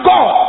God